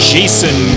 Jason